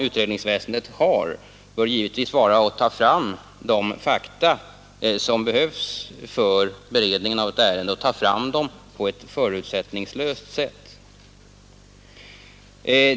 Utredningsväsendets syfte bör givetvis vara att förutsättningslöst ta fram de fakta som behövs för beredningen av ett ärende.